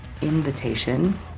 invitation